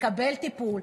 לקבל טיפול,